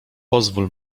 pozwól